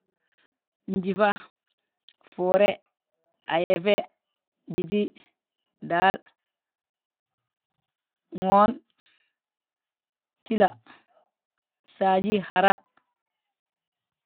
Njífa, fuure, ayefe, bíti, daal, ŋoon, jíla, saaji, hara.